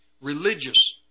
Religious